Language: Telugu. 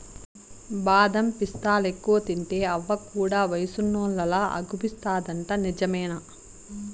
బాదం పిస్తాలెక్కువ తింటే అవ్వ కూడా వయసున్నోల్లలా అగుపిస్తాదంట నిజమేనా